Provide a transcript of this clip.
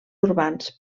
urbans